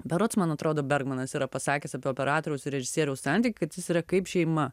berods man atrodo bergmanas yra pasakęs apie operatoriaus ir režisieriaus santykį kad jis yra kaip šeima